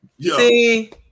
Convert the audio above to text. See